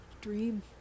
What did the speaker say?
dream